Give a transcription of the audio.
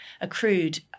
accrued